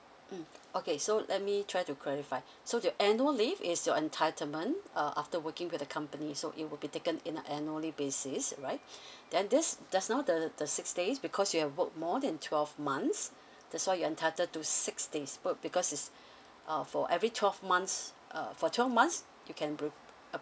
mm okay so let me try to clarify so your annual leave is your entitlement uh after working with the company so it would be taken in the annually basis right then this just now the the six days because you have worked more than twelve months that's why you're entitled to six days per because is uh for every twelve months uh for twelve months you can pr~ uh